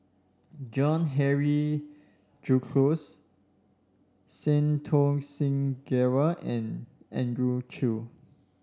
John Henry Duclos Santokh Singh Grewal and Andrew Chew